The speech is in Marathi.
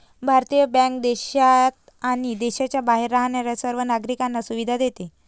भारतीय बँक देशात आणि देशाच्या बाहेर राहणाऱ्या सर्व नागरिकांना सुविधा देते